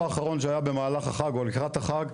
האחרון שהיה במהלך החג או לקראת החג.